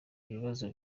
ibibazo